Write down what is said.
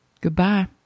Goodbye